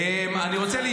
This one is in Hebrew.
--- די.